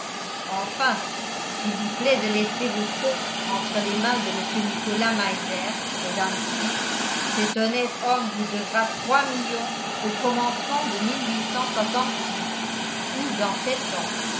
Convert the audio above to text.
enfin s'il vous plaît de laisser vos fonds entre les mains de mr nicolas meiser de dantzig cet honnête homme vous devra trois millions au commencement de ou dans sept ans